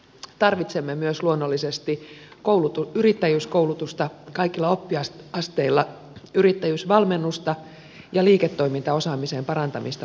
tarvitsemme myös luonnollisesti yrittäjyyskoulutusta kaikilla oppiasteilla yrittäjyysvalmennusta ja liiketoimintaosaamisen parantamista pk yrityksille